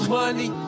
money